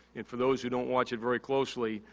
and, for those who don't watch it very closely,